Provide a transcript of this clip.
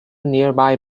nearby